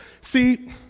See